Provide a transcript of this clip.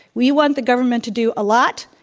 we want the government to do a lot,